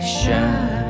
shine